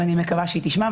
אבל אני מקווה שהיא תשמע,